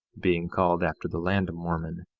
being called after the land of mormon,